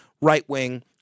right-wing